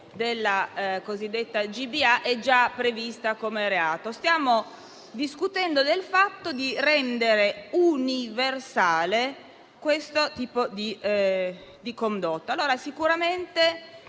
della cosiddetta GPA è già prevista come reato. Stiamo discutendo del fatto di rendere universale questo tipo di condotta.